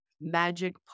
magic